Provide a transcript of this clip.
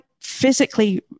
physically